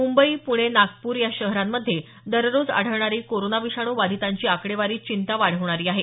मुंबई पुणे नागपूर या शहरांमधे दररोज आढळणारी कोरोना विषाणू बाधितांची आकडेवारी चिंता वाढवणारी आहे